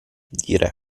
dire